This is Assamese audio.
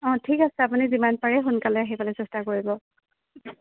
অঁ ঠিক আছে আপুনি যিমান পাৰে সোনকালে আহিবলৈ চেষ্টা কৰিব